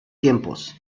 tiempos